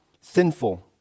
sinful